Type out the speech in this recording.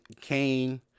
Kane